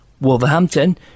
Wolverhampton